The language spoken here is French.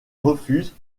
refusent